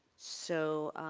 so